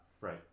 Right